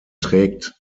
trägt